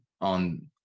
on